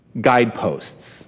guideposts